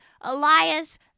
Elias